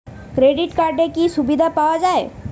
Credit কার্ডের কি কি সুবিধা পাওয়া যায়?